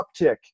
uptick